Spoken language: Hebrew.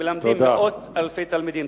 מלמדים מאות אלפי תלמידים.